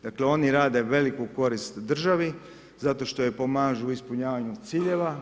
Dakle, oni rade veliku korist državi, zato što joj pomažu u ispunjavanu ciljeva.